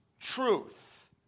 truth